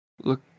look